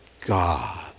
God